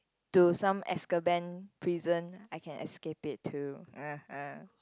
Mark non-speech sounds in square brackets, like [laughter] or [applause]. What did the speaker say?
do some Azkaban prison I can escape it to [laughs]